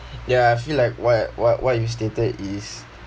ya I feel like what wha~ what you stated is